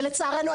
ולצערנו,